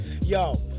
Yo